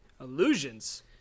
illusions